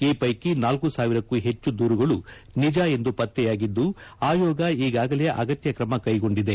ಈ ಪೈಕಿ ನಾಲ್ಕು ಸಾವಿರಕ್ಕೂ ಹೆಚ್ಚು ದೂರುಗಳು ನಿಜ ಎಂದು ಪತ್ತೆಯಾಗಿದ್ದು ಆಯೋಗ ಈಗಾಗಲೇ ಅಗತ್ಯ ಕ್ರಮ ಕೈಗೊಂಡಿದೆ